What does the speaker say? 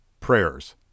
prayers